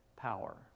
Power